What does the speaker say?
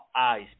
eyes